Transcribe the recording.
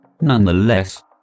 Nonetheless